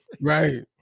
Right